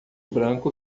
branco